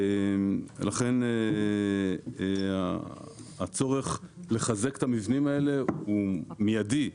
לכן, הצורך לחזק את המבנים האלה הוא מידי.